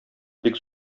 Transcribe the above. бик